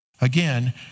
Again